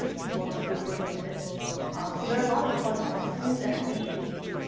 people have put real work into this. so there are a lot of fun questions. and i think the